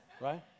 Right